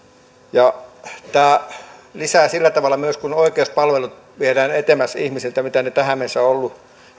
tämä vaikuttaa myös sillä tavalla että kun oikeuspalvelut viedään ihmisiltä etemmäs kuin ne tähän mennessä ovat olleet